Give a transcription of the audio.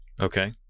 okay